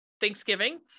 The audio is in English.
Thanksgiving